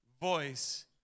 voice